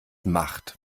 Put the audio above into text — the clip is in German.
macht